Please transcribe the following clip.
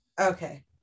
Okay